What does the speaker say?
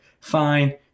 fine